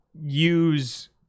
use